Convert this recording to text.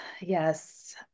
yes